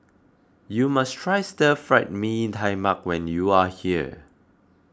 you must try Stir Fried Mee Tai Mak when you are here